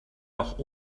auch